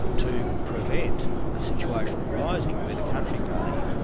to prevent a situation arising where the country party,